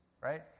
right